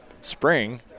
spring